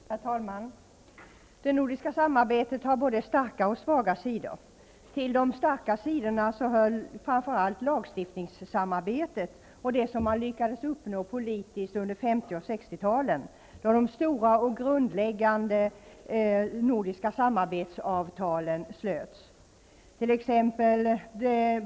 Herr talman! Det nordiska samarbetet har både starka och svaga sidor. Till de starka sidorna hör framför allt lagstiftningssamarbetet och det som man lyckades uppnå politiskt under 50 och 60 talen, då de stora och grundläggande nordiska samarbetsavtalen slöts.